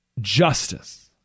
justice